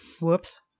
Whoops